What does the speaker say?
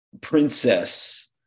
princess